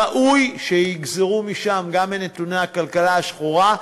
ראוי שיגזרו משם גם את נתוני הכלכלה השחורה,